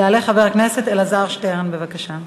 יעלה חבר הכנסת אלעזר שטרן, בבקשה.